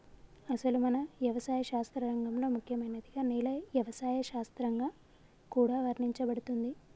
అసలు మన యవసాయ శాస్త్ర రంగంలో ముఖ్యమైనదిగా నేల యవసాయ శాస్త్రంగా కూడా వర్ణించబడుతుంది